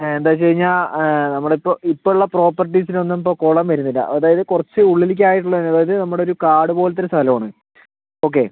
എന്താന്ന് വെച്ച് കഴിഞ്ഞാൽ നമ്മളിപ്പോൾ ഇപ്പോളുള്ള പ്രോപ്പർട്ടീസിനൊന്നും ഇപ്പം കുളം വരുന്നില്ല അതായത് കുറച്ച് ഉള്ളിലേക്ക് ആയിട്ടുള്ളെതാണ് അതായത് നമ്മുടെയൊരു കാട് പോലത്തെ സ്ഥലമാണ് ഓക്കേ